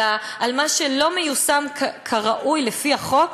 על מה שלא מיושם כראוי לפי החוק,